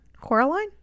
Coraline